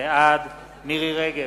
בעד מירי רגב,